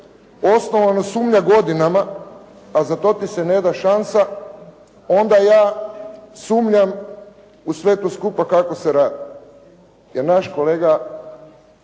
osnovana sumnja godinama, a za to ti se ne da šansa, onda ja sumnjam u sve to skupa kako se radi jer naš kolega